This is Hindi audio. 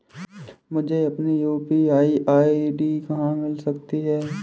मुझे अपनी यू.पी.आई आई.डी कहां मिल सकती है?